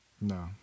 No